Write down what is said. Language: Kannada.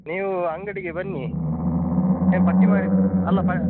ನೀವು ಅಂಗಡಿಗೆ ಬನ್ನಿ ಏನು ಪಟ್ಟಿ ಮಾಡಿ ಅಲ್ಲ ಪಾ